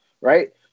right